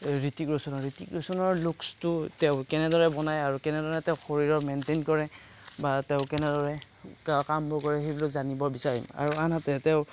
ঋত্বিক ৰোছনক ঋত্বিক ৰোছনৰ লুকচটো তেওঁ কেনেদৰে বনায় আৰু কেনেদৰে তেওঁ শৰীৰৰ মেণ্টেইন কৰে বা তেওঁ কেনেদৰে কামবোৰ কৰে সেইবিলাক জানিব বিচাৰিম আৰু আনহাতে তেওঁ